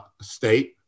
state